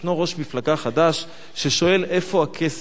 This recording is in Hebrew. ישנו ראש מפלגה חדש, ששואל איפה הכסף.